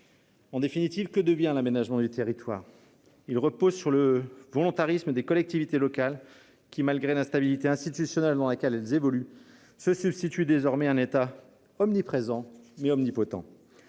En définitive, que devient l'aménagement du territoire ? Il repose sur le volontarisme des collectivités locales, qui, malgré l'instabilité institutionnelle dans laquelle elles évoluent, se substituent désormais à un État omniprésent et omnipotent.